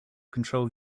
control